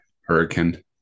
Hurricane